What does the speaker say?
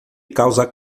causa